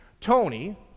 Tony